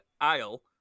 aisle